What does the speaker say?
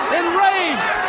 enraged